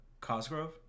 Cosgrove